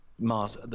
Mars